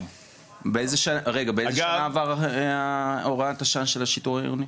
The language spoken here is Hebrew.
באיזו שנה עברה הוראת השנה של השיטור העירוני?